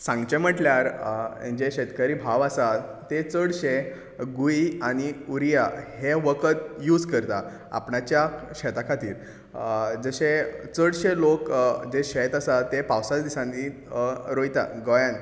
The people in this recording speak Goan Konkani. सांगचें म्हणल्यार जें शेतकरी भाव आसात तें चडशें गुयी आनी उरीया हें वखद यूज करता आपणाच्या शेंतां खातीर जशें चडशें लोक जें शेत आसा तें पावसा दिसांनी रोयतात गोंयान